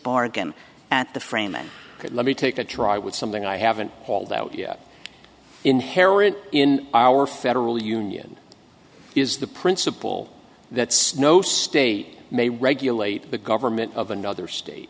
bargain at the framing that let me take a try would something i haven't hauled out yet inherent in our federal union is the principle that snow state may regulate the government of another state